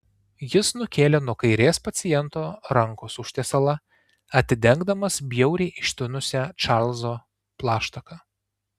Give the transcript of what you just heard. jis nukėlė nuo kairės paciento rankos užtiesalą atidengdamas bjauriai ištinusią čarlzo plaštaką